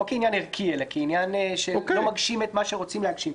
לא כעניין ערכי אלא כעניין שלא מגשים את מה שרוצים להגשים.